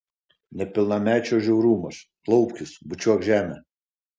nepilnamečio žiaurumas klaupkis bučiuok žemę